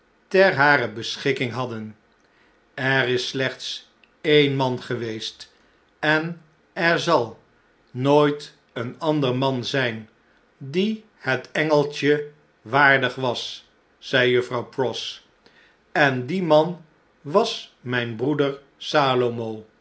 ter harer beschikking hadden er is slechts e'e'n man geweest en er zal nooit een ander man zn'n die het engeltje waardig was zei juffrouw pross en die man was mjjn broeder